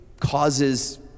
causes